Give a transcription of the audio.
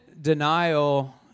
denial